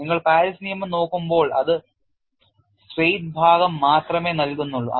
നിങ്ങൾ പാരീസ് നിയമം നോക്കുമ്പോൾ അത് നേരായ ഭാഗം മാത്രമേ നൽകുന്നുള്ളൂ